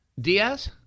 Diaz